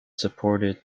supported